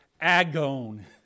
agon